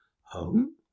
Home